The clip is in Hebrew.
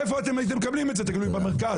איפה אתם הייתם מקבלים את זה, תגידו לי, במרכז?